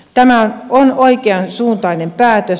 tämä on oikeansuuntainen päätös